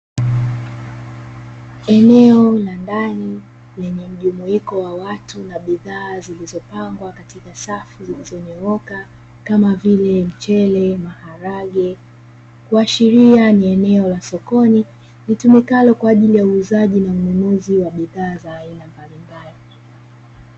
Eneo la ndani lenye mjumuiko wa watu na bidhaa zilizopangwa katika safu zilizonyooka kama vile mchele, maharage kuashiria ni eneo la sokoni litumikalo kwa ajili ya uuzaji na ununuzi wa bidhaa za aina mbalimbali.